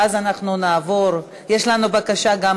ואז אנחנו נעבור, יש לנו בקשה גם